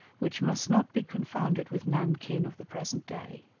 which must not be confounded with nan-kin of the present day.